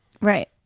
Right